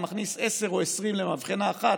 אתה מכניס 10 או 20 למבחנה אחת.